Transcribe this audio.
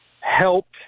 helped